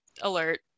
alert